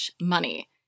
money